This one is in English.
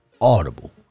Audible